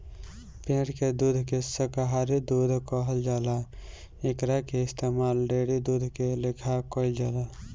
पेड़ के दूध के शाकाहारी दूध कहल जाला एकरा के इस्तमाल डेयरी दूध के लेखा कईल जाला